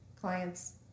clients